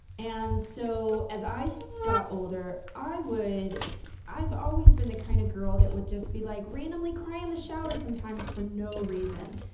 and so, as i got older, i would i've always been the kind of girl that would just be like, randomly cry in the shower sometimes, for no reason.